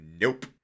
nope